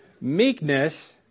Meekness